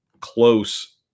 close